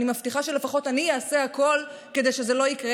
אני מבטיחה שלפחות אני אעשה הכול כדי שזה לא יקרה.